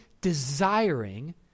desiring